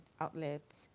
outlets